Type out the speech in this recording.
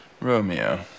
romeo